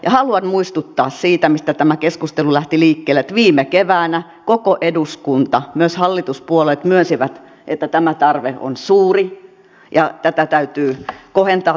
ja haluan muistuttaa siitä mistä tämä keskustelu lähti liikkeelle että viime keväänä koko eduskunta myös hallituspuolueet myönsi että tämä tarve on suuri ja tätä tilannetta täytyy kohentaa